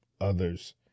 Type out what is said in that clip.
others